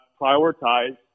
prioritize